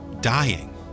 dying